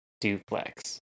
duplex